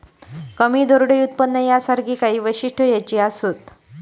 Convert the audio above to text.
कमी दरडोई उत्पन्न यासारखी काही वैशिष्ट्यो ह्याची असत